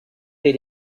did